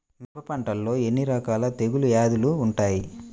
మిరప పంటలో ఎన్ని రకాల తెగులు వ్యాధులు వుంటాయి?